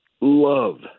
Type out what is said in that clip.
love